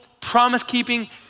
promise-keeping